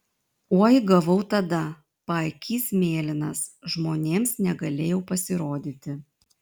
oi gavau tada paakys mėlynas žmonėms negalėjau pasirodyti